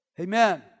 Amen